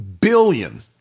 billion